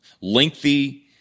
lengthy